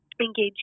engage